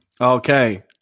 okay